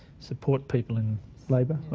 support people in labour.